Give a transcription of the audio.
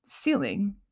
ceiling